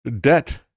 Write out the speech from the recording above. debt